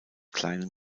kleinen